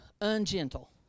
Ungentle